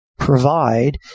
Provide